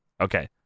Okay